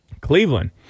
Cleveland